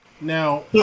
Now